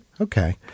Okay